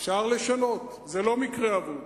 אפשר לשנות, זה לא מקרה אבוד.